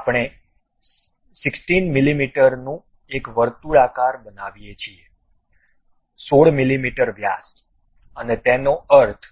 આ આપણે 16 મીમીનું એક વર્તુળાકાર બનાવીએ છીએ 16 મીમી વ્યાસ તેનો અર્થ